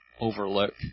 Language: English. overlook